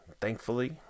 thankfully